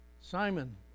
Simon